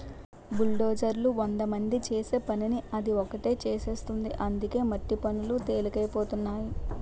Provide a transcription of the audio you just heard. బుల్డోజర్లు వందమంది చేసే పనిని అది ఒకటే చేసేస్తుంది అందుకే మట్టి పనులు తెలికైపోనాయి